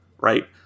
right